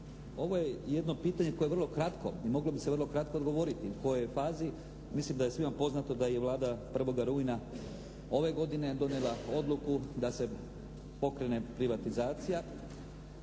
ovo je jedno pitanje koje je vrlo kratko i moglo bi se vrlo kratko odgovoriti u kojoj je fazi. Mislim da je svima poznato da je Vlada 1. rujna ove godine donijela odluku da se pokrene privatizacija